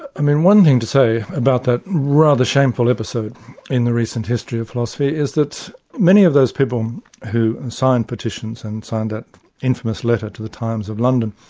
i mean one thing to say about that rather shameful episode in the recent history of philosophy is that many of those people who and signed petitions and signed that infamous letter to the times of london,